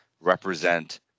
represent